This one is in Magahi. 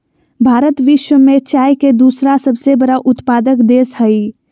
भारत विश्व में चाय के दूसरा सबसे बड़ा उत्पादक देश हइ